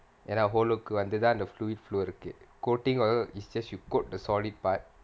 ஏன்னா:yaenaa whole look கு வந்துதான்:ku vanthuthaan fluid flow இருக்கு:irukku coating or it's just you coat the solid part